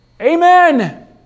Amen